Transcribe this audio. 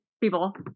people